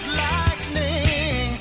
lightning